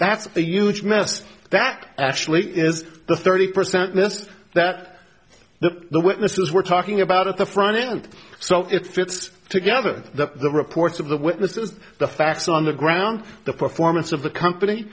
a huge mess that actually is the thirty percent just that the witnesses were talking about at the front end so it fits together the reports of the witnesses the facts on the ground the performance of the company